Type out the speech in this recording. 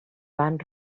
van